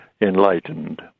enlightened